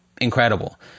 incredible